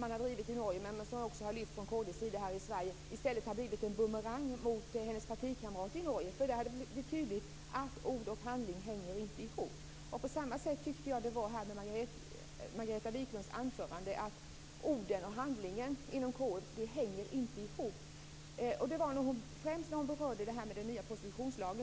man drivit en värdekommission, som man också har lyft fram från kd:s sida här i Sverige, men som har blivit en bumerang mot Margareta Viklunds partikamrater i Norge. Där har det blivit tydligt att ord och handling inte hänger ihop. På samma sätt tyckte jag att det var med Margareta Viklunds anförande. Ord och handling inom kd hänger inte ihop. Det var främst när hon berörde den nya prostitutionslagen.